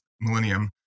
millennium